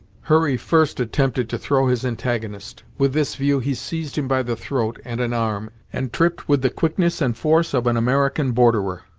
hurry first attempted to throw his antagonist. with this view he seized him by the throat, and an arm, and tripped with the quickness and force of an american borderer.